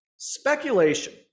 Speculation